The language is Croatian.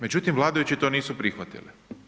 Međutim, vladajući to nisu prihvatili.